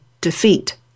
defeat